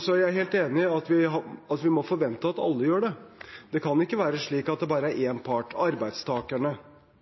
Så er jeg helt enig i at vi må forvente at alle gjør det. Det kan ikke være slik at det bare er én part, arbeidstakerne,